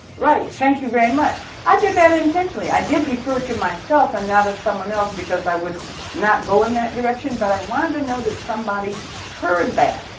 right, thank you very much. i did that intentionally. i did refer to myself and not someone else because i would not go in that direction but i wanted to know that someone heard that,